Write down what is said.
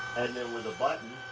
and then with a button,